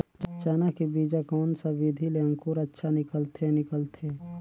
चाना के बीजा कोन सा विधि ले अंकुर अच्छा निकलथे निकलथे